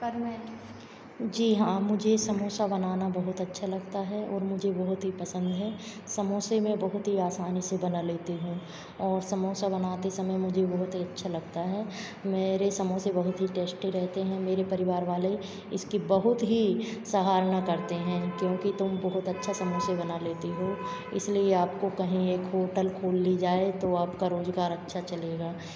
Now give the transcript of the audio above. जी हाँ मुझे समोसा बनाना बहुत अच्छा लगता है और मुझे बहुत ही पसन्द है समोसे मैं बहुत ही आसानी से बना लेती है और समोसा बनाते समय मुझे बहुत ही अच्छा लगता है मेरे समोसे बहुत ही टेस्टी रहते हैं मेरे परिवार वाले इसकी बहुत ही सराहना करते हैं क्योंकि तुम बहुत अच्छा समोसे बना लेती हो इसलिए आपको कहीं एक होटल खोल ली जाए तो आपका रोजगार अच्छा चलेगा